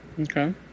Okay